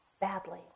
badly